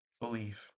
believe